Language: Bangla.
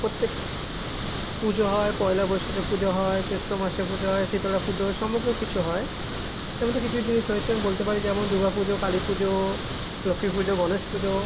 প্রত্যেক পুজো হয় পয়লা বৈশাখে পুজো হয় চৈত্র মাসে পুজো হয় শীতলা পুজো সমগ্র কিছু হয় এর মধ্যে কিছু কিছু জিনিস রয়েছে বলতে পারি যেমন দুর্গা পুজো কালী পুজো লক্ষ্মী পুজো গণেশ পুজো